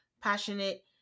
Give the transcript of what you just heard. passionate